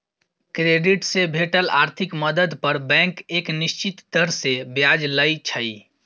credit से भेटल आर्थिक मदद पर बैंक एक निश्चित दर से ब्याज लइ छइ